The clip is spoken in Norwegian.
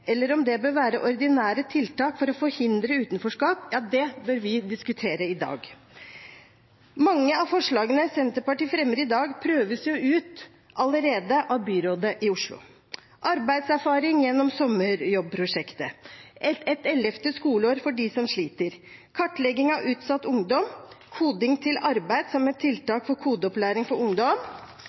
bør være ordinære tiltak for å forhindre utenforskap, bør vi diskutere i dag. Mange av forslagene Senterpartiet fremmer i dag, prøves ut allerede av byrådet i Oslo: arbeidserfaring gjennom sommerjobb-prosjektet, et ellevte skoleår for dem som sliter, kartlegging av utsatt ungdom, koding til arbeid som et tiltak for kodeopplæring for ungdom